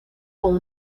con